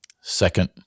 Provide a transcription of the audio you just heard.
Second